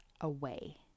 away